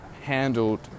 handled